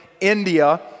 India